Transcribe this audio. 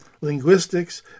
linguistics